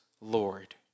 Lord